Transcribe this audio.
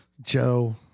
Joe